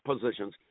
positions